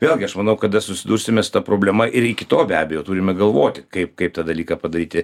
vėlgi aš manau kada susidursime su ta problema ir iki to be abejo turime galvoti kaip kaip tą dalyką padaryti